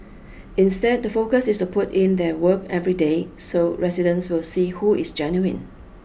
instead the focus is to put in their work every day so residents will see who is genuine